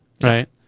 right